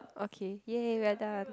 okay !yay! we're done